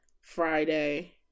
Friday